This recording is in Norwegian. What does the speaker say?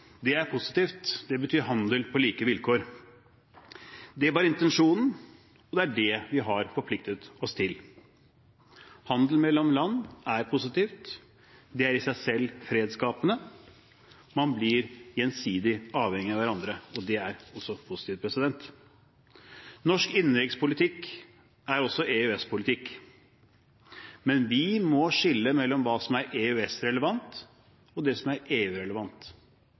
Det er positivt, det betyr handel på like vilkår. Det var intensjonen, og det er det vi har forpliktet oss til. Handel mellom land er positivt, det er i seg selv fredsskapende. Man blir gjensidig avhengig av hverandre, og det er også positivt. Norsk innenrikspolitikk er også EØS-politikk, men vi må skille mellom hva som er EØS-relevant, og det som er